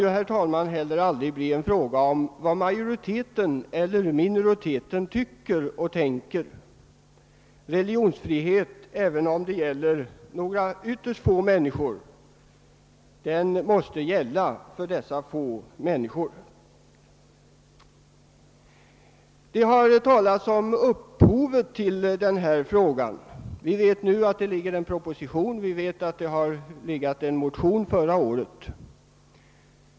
Religionsfriheten kan heller aldrig få bli beroende av vad majoriteten eller minoriteten tycker och tänker, Även om det är ytterst få människor som har en viss uppfattning, måste religionsfriheten gälla också för dessa. Det har under debatten talats om anledningen till att denna fråga ursprungligen väcktes. Det föreligger nu en proposition i ärendet, och förra året väcktes som bekant en motion i frågan.